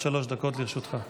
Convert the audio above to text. עד שלוש דקות לרשותך.